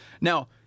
Now-